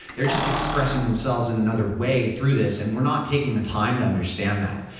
they're just expressing themselves in another way through this, and we're not taking the time to understand that.